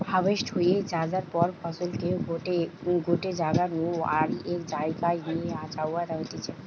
harvest হয়ে যায়ার পর ফসলকে গটে জাগা নু আরেক জায়গায় নিয়ে যাওয়া হতিছে